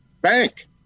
bank